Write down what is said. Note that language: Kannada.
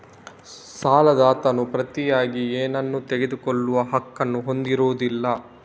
ಸಾಲದಾತನು ಪ್ರತಿಯಾಗಿ ಏನನ್ನೂ ತೆಗೆದುಕೊಳ್ಳುವ ಹಕ್ಕನ್ನು ಹೊಂದಿರುವುದಿಲ್ಲ